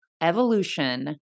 evolution